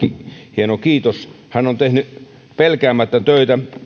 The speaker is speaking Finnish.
hieno kiitos hän on tehnyt pelkäämättä töitä